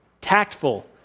tactful